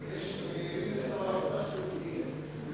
יש מעירים לשר האוצר שהוא הקדים.